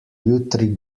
jutri